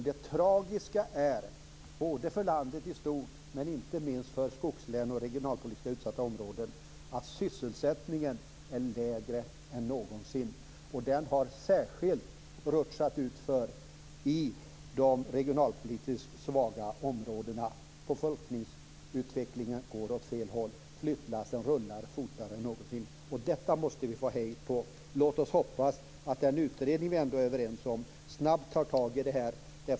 Det tragiska, både för landet i stort och för skogslän och regionalpolitiskt utsatta områden, är att sysselsättningen nu är lägre än någonsin. Den har rutschat utför särskilt i de regionalpolitiskt svaga områdena. Befolkningsutvecklingen går åt fel håll. Flyttlassen rullar fortare än någonsin. Detta måste vi få hejd på. Låt oss hoppas att den utredning vi ändå är överens om snabbt tar tag i det här.